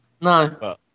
no